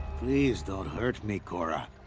please don't hurt me korra.